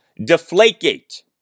Deflategate